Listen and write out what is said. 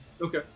Okay